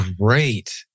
great